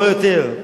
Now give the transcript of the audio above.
לא יותר.